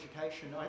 education